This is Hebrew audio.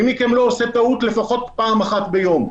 מי מכם לא עושה טעות לפחות פעם אחת ביום?